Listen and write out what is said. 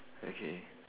okay